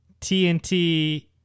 tnt